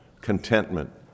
contentment